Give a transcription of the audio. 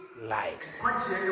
lives